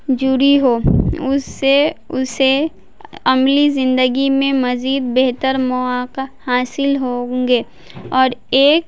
جڑی ہو اس سے اسے عملی زندگی میں مزید بہتر مواقع حاصل ہوں گے اور ایک